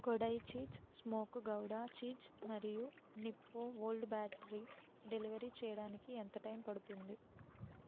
Kodai cheese smoked gouda cheese మరియు Nippo gold battery delivery చెయ్యడానికి ఎంత టైమ్ పడుతుంది